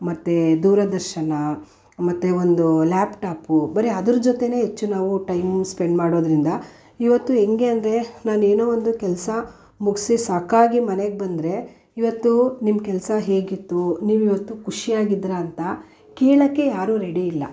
ಮತ್ತು ದೂರದರ್ಶನ ಮತ್ತು ಒಂದು ಲ್ಯಾಪ್ ಟಾಪ್ ಬರೀ ಅದರ ಜೊತೆಯೇ ಹೆಚ್ಚು ನಾವು ಟೈಮು ಸ್ಪೆಂಡ್ ಮಾಡೋದರಿಂದ ಇವತ್ತು ಹೇಗೆ ಅಂದರೆ ನಾನು ಏನೋ ಒಂದು ಕೆಲಸ ಮುಗಿಸಿ ಸಾಕಾಗಿ ಮನೆಗೆ ಬಂದರೆ ಇವತ್ತು ನಿಮ್ಮ ಕೆಲಸ ಹೇಗಿತ್ತು ನೀವಿವತ್ತು ಖುಷಿಯಾಗಿದ್ರ ಅಂತ ಕೇಳೋಕ್ಕೆ ಯಾರೂ ರೆಡಿಯಿಲ್ಲ